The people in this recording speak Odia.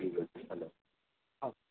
ଠିକ୍ ଅଛି ହେଲୋ ହଁ